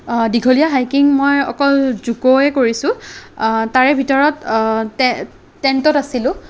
দীঘলীয়া হাইকিং মই অকল জক'য়ে কৰিছোঁ তাৰে ভিতৰত টেণ্টত আছিলোঁ